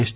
yes